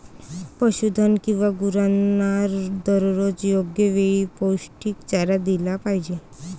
पशुधन किंवा गुरांना दररोज योग्य वेळी पौष्टिक चारा दिला पाहिजे